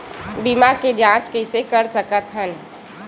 बीमा के जांच कइसे कर सकत हन?